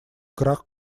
крах